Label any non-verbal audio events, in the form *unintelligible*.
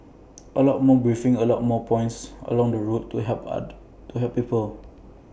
*noise* A lot more briefings A lot more points along the route to help *unintelligible* to help people